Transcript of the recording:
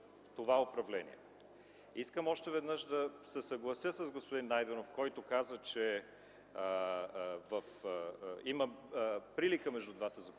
това управление. Искам още веднъж да се съглася с господин Найденов, който каза, че има прилика между двата законопроекта